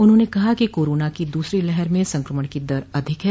उन्होंने कहा कि कोरोना की दूसरी लहर में संक्रमण की दर अधिक है